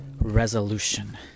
resolution